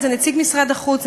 זה נציג משרד החוץ,